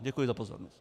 Děkuji za pozornost.